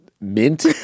mint